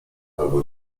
albo